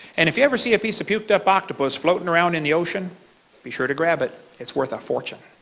and if you ever see a piece of puked up octopus floating around in the ocean be sure to grab it. it is worth a fortune.